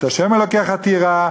"את ה' אלוקיך תירא,